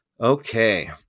Okay